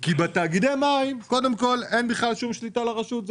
כי בתאגידי המים קודם כל אין בכלל שום שליטה רשות.